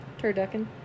Turducken